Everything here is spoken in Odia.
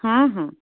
ହଁ ହଁ